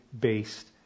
based